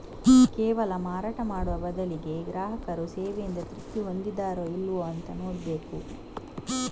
ಕೇವಲ ಮಾರಾಟ ಮಾಡುವ ಬದಲಿಗೆ ಗ್ರಾಹಕರು ಸೇವೆಯಿಂದ ತೃಪ್ತಿ ಹೊಂದಿದಾರೋ ಇಲ್ವೋ ಅಂತ ನೋಡ್ಬೇಕು